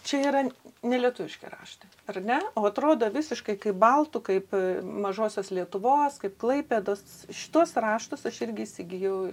čia yra ne lietuviški raštai ar ne o atrodo visiškai kaip baltų kaip mažosios lietuvos kaip klaipėdos šituos raštus aš irgi įsigijau